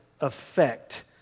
effect